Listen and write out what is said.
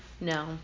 No